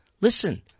listen